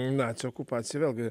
nacių okupaciją vėlgi